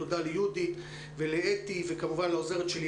תודה ליהודית ולאתי, וכמובן גם לעוזרת שלי